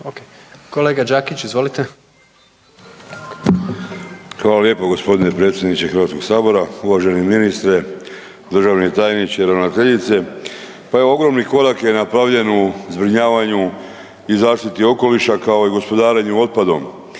**Đakić, Josip (HDZ)** Hvala lijepo gospodine predsjedniče Hrvatskog sabora. Uvaženi ministre, državni tajniče, ravnateljice, pa evo ogromni korak je napravljen u zbrinjavanju i zaštiti okoliša kao i gospodarenju otpadom.